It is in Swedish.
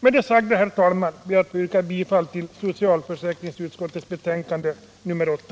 Med det sagda, herr talman, ber jag att få yrka bifall till socialförsäkringsutskottets hemställan i dess betänkande nr 8.